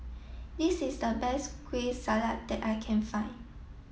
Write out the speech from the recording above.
this is the best Kueh Salat that I can find